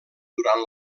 durant